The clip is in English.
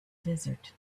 desert